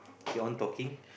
keep on talking